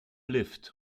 lift